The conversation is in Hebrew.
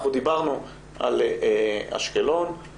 אנחנו דיברנו על אשקלון,